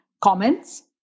comments